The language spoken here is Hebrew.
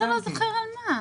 אתה לא זוכר על מה.